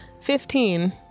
Fifteen